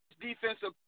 defensive –